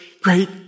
Great